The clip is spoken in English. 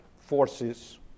forces